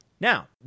Now